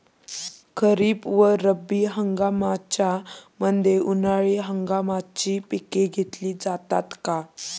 खरीप व रब्बी हंगामाच्या मध्ये उन्हाळी हंगामाची पिके घेतली जातात का?